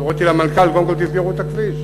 אז הוריתי למנכ"ל: קודם כול תסגרו את הכביש.